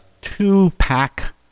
two-pack